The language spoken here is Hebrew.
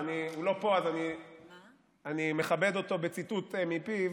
הוא לא פה, אני מכבד אותו בציטוט מפיו,